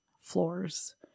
floors